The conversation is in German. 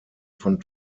von